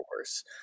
worse